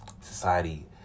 society